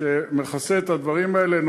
שמכסה את הדברים האלה.